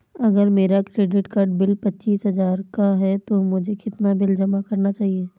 अगर मेरा credit card bill पच्चीस हजार का है तो मुझे कितना बिल जमा करना चाहिए?